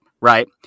Right